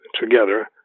together